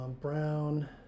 Brown